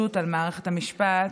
להשתלטות על מערכת המשפט,